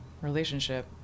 relationship